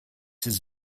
his